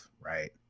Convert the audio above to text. right